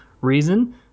reason